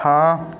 ਹਾਂ